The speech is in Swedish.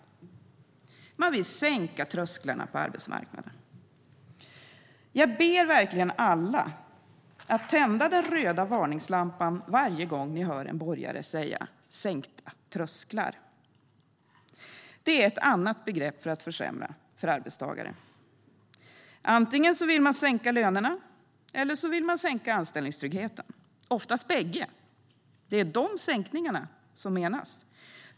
Man vill sänka trösklarna på arbetsmarknaden. Jag ber alla att tända den röda varningslampan varje gång ni hör en borgare säga "sänkta trösklar". Det är ett annat begrepp för att försämra för arbetstagare. Antingen vill man sänka lönerna eller så vill man sänka anställningstryggheten. Oftast är det bägge. Det är dessa sänkningar som menas.